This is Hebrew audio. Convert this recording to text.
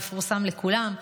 מפורסם לכולם,